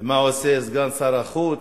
ומה עושה סגן שר החוץ,